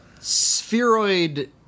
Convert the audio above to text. spheroid